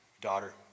daughter